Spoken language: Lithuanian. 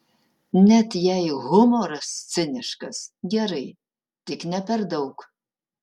net jei humoras ciniškas gerai tik ne per daug